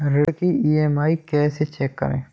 ऋण की ई.एम.आई कैसे चेक करें?